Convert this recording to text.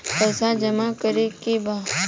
पैसा जमा करे के बा?